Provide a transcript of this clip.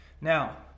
Now